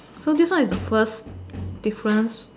so this one is the first difference